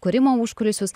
kūrimo užkulisius